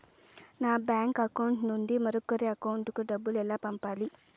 నా bank account నుండి మరొకరి అకౌంట్ కు డబ్బులు ఎలా పంపాలి